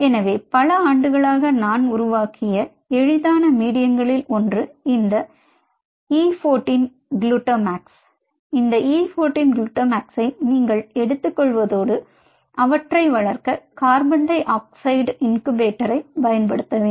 எனவே பல ஆண்டுகளாக நான் உருவாக்கிய எளிதான மீடியங்களில் ஒன்று இந்த E 14 குளுட்டமாக்ஸை நீங்கள் எடுத்துக்கொள்வதோடு அவற்றை வளர்க்க கார்பன் டை ஆக்சைடு இன்குபேட்டரைப் பயன்படுத்த வேண்டும்